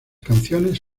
canciones